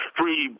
free